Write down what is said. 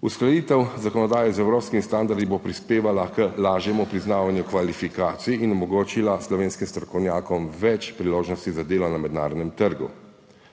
Uskladitev zakonodaje z evropskimi standardi bo prispevala k lažjemu priznavanju kvalifikacij in omogočila slovenskim strokovnjakom več priložnosti za delo na mednarodnem trgu.